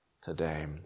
today